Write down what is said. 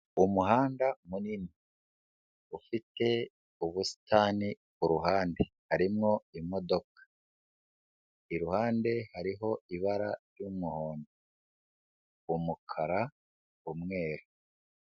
Umuhanda munini ufite ubusitani, ku ruhande harimo imodoka, iruhande hariho ibara ry'umuhodo, umukara, umweru.